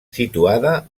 situada